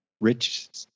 Rich